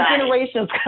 generations